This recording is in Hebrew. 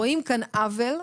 רואים כאן עוול,